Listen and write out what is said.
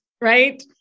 right